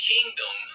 Kingdom